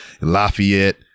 Lafayette